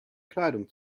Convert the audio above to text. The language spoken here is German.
kleidung